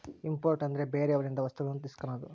import ಅಂದ್ರೆ ಬೇರೆಯವರಿಂದ ವಸ್ತುಗಳನ್ನು ಇಸ್ಕನದು